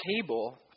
table